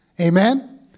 amen